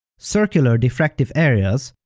circular diffractive areas,